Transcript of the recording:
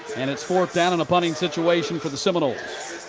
and it's fourth down and a punting situation for the seminoles.